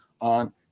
on